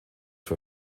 für